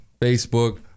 Facebook